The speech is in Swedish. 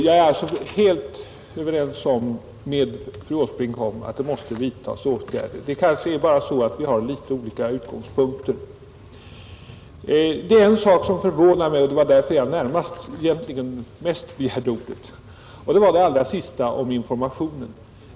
Jag är alltså helt överens med fru Åsbrink om att det måste vidtagas åtgärder. Det är kanske bara så att vi har litet olika utgångspunkter. Det är en sak som förvånar mig, och det är närmast därför jag begärt ordet, nämligen det sista fru Åsbrink sade om informationen.